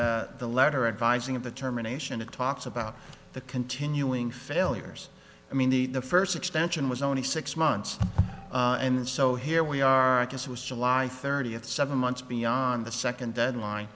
the letter advising of the terminations it talks about the continuing failures i mean the first extension was only six months and so here we are i guess it was july thirtieth seven months beyond the second deadline